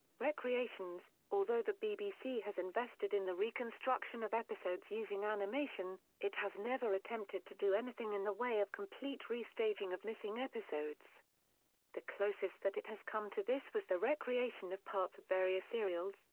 recreations although the bbc has invested in the reconstruction of episodes using animation, it has never attempted to do anything anything in the way of complete re-staging of missing episodes the closest that it has come to this was the recreation of parts of various serials,